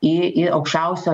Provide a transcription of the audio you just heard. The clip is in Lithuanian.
į į aukščiausio